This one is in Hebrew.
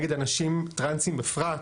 נגד אנשים טרנסים בפרט,